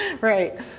right